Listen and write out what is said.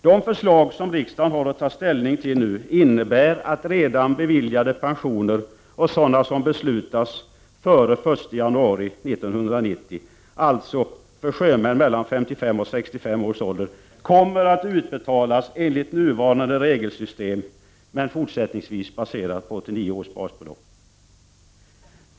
De förslag som riksdagen har att ta ställning till nu innebär att redan beviljade pensioner och sådana som beslutas före den 1 januari 1990, alltså för sjömän mellan 55 och 65 års ålder, kommer att utbetalas enligt nuvarande regelsystem, men fortsättningsvis baserade på 1989 års basbelopp.